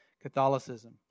Catholicism